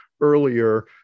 earlier